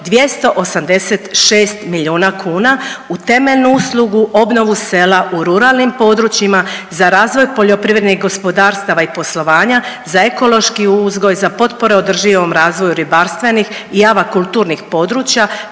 286 milijuna kuna u temeljnu uslugu, obnovu sela u ruralnim područjima za razvoj poljoprivrednih gospodarstva i poslovanja, za ekološki uzgoj, za potpore održivom razvoju ribarstvenih avakulturnih područja